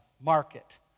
market